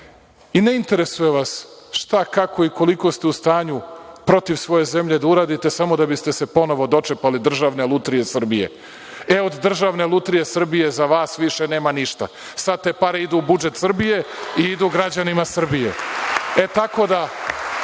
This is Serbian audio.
Ne interesuje vas šta, kako i koliko ste u stanju protiv svoje zemlje da uradite samo da biste se ponovo dočepali Državne lutrije Srbije. E, od Državne lutrije Srbije za vas više nema ništa. Sad te pare idu u budžet Srbije i idu građanima Srbije. Nemojte da